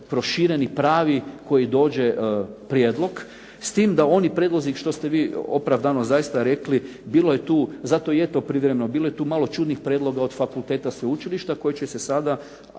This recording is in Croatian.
prošireni pravi koji dođe prijedlog. S tim da oni prijedlozi što ste vi opravdano zaista rekli bilo je tu, zato je to privremeno, bilo je tu malo čudnih prijedloga od fakulteta i sveučilišta koji će se sada,